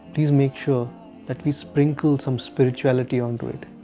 please make sure that we sprinkle some spirituality onto it.